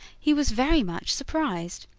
he was very much surprised.